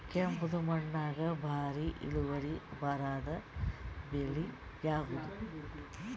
ಕೆಂಪುದ ಮಣ್ಣಾಗ ಭಾರಿ ಇಳುವರಿ ಬರಾದ ಬೆಳಿ ಯಾವುದು?